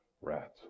Rats